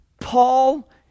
Paul